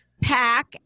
pack